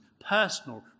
personal